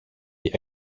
die